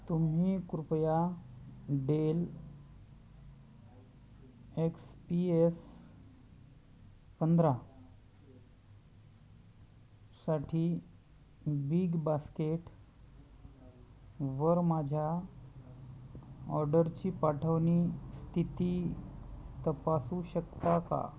तुम्ही कृपया Dell X P S पंधरा साठी बिग बास्केटवर माझ्या ऑर्डरची पाठवणी स्थिती तपासू शकता का